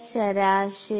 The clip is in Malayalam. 60 4 3